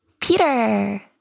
Peter